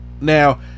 Now